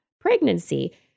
pregnancy